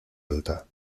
alta